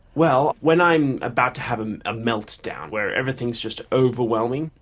well when i'm about to have a ah meltdown, where everything is just overwhelming,